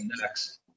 next